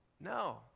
No